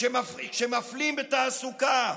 כשמפלים בתעסוקה.